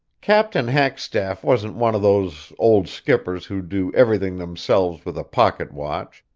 captain hackstaff wasn't one of those old skippers who do everything themselves with a pocket watch,